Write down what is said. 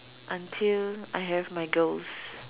until I have my girls